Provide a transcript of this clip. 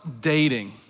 dating